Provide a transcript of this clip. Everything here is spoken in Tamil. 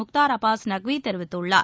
முக்தார் அபாஸ் நக்வி தெரிவித்துள்ளார்